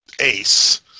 ace